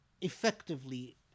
effectively